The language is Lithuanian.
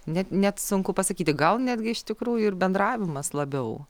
net net sunku pasakyti gal netgi iš tikrųjų ir bendravimas labiau